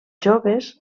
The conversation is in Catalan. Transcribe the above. joves